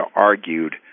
argued